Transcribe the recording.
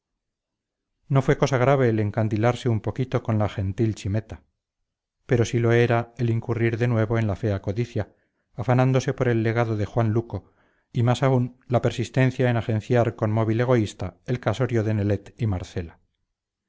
no fue cosa grave el encandilarse un poquito con la gentil chimeta pero sí lo era el incurrir de nuevo en la fea codicia afanándose por el legado de juan luco y más aún la persistencia en agenciar con móvil egoísta el casorio de nelet y marcela